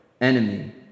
enemy